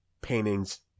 paintings